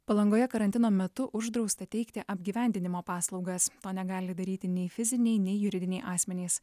palangoje karantino metu uždrausta teikti apgyvendinimo paslaugas to negali daryti nei fiziniai nei juridiniai asmenys